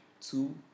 two